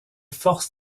forces